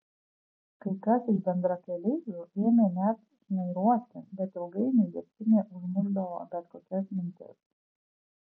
kai kas iš bendrakeleivių ėmė net šnairuoti bet ilgainiui degtinė užmušdavo bet kokias mintis